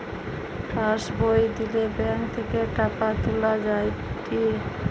pass বই দিলে bank থেকে টাকা তুলা যায়েটে